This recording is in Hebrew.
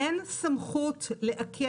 אין בחוק סמכות לעכב.